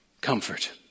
comfort